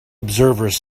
observers